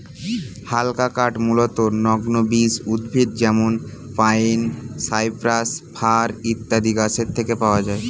হালকা কাঠ মূলতঃ নগ্নবীজ উদ্ভিদ যেমন পাইন, সাইপ্রাস, ফার ইত্যাদি গাছের থেকে পাওয়া যায়